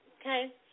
Okay